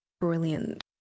brilliant